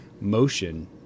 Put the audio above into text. motion